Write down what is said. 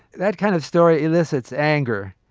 that kind of story elicits anger,